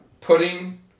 Pudding